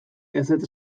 ezetz